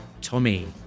Tommy